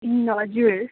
हजुर